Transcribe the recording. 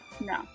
No